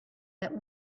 that